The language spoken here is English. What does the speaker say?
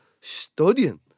Studying